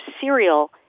cereal